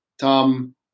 Tom